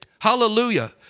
Hallelujah